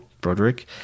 Broderick